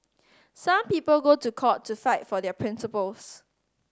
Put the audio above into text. some people go to court to fight for their principles